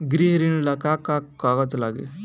गृह ऋण ला का का कागज लागी?